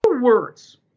words